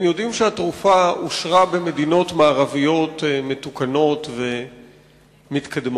הם יודעים שהתרופה אושרה במדינות מערביות מתקדמות ומתוקנות,